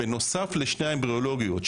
בנוסף לשתי האמבריולוגיות,